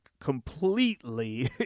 completely